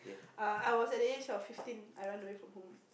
uh I I was at the age fifteen I run away from home